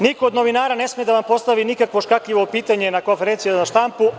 Niko od novinara ne sme da vam postavi nikakvo škakljivo pitanje na konferencijama za štampu.